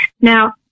Now